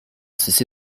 cessé